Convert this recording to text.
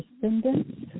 descendants